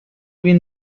bin